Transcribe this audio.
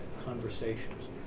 conversations